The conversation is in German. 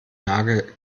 nagel